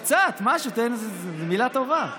קצת, משהו, תן איזו מילה טובה.